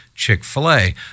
Chick-fil-A